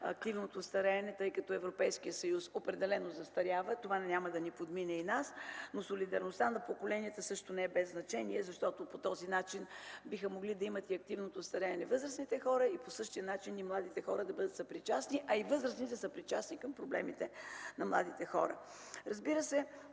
активното стареене, тъй като Европейският съюз определено застарява, това няма да ни подмине и нас. Солидарността на поколенията също не е без значение, защото по този начин биха могли да имат и активното стареене възрастните хора и по същия начин и младите хора да бъдат съпричастни, а и възрастните да са съпричастни към проблемите на младите хора. Разбира се,